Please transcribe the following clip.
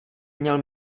měl